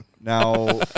Now